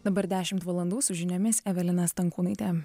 dabar dešimt valandų su žiniomis evelina stankūnaitė